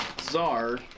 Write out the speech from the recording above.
Czar